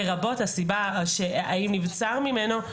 לרבות הסיבה האם נבצר ממנו,